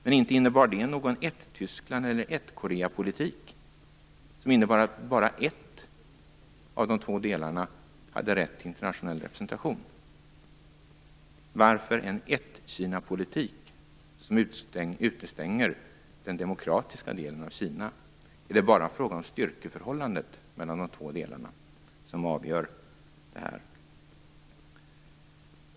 Men inte har det inneburit någon ett-Tyskland-politik eller ett-Korea-politik med innebörden att bara en av de två delarna haft rätt till internationell representation? Varför en ett-Kina-politik som utestänger den demokratiska delen av Kina? Är det bara styrkeförhållandet mellan de två delarna som avgör?